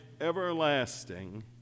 everlasting